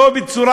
לא בצורה,